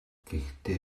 гэхдээ